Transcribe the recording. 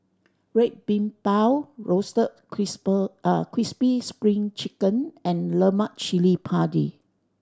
Red Bean Bao roasted crispy Spring Chicken and Lemak Chili Padi